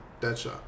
Deadshot